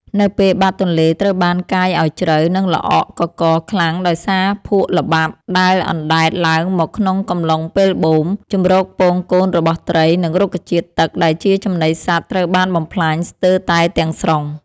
នៅពេលបាតទន្លេត្រូវបានកាយឱ្យជ្រៅ និងល្អក់កករខ្លាំងដោយសារភក់ល្បាប់ដែលអណ្តែតឡើងមកក្នុងកំឡុងពេលបូម ជម្រកពងកូនរបស់ត្រី និងរុក្ខជាតិទឹកដែលជាចំណីសត្វត្រូវបានបំផ្លាញស្ទើរតែទាំងស្រុង។